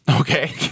Okay